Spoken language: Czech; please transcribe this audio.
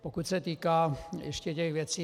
Pokud se týká ještě těch věcí.